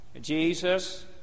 Jesus